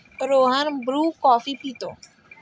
Rohan Bru coffee पितो